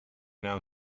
now